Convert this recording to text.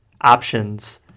Options